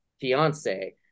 fiance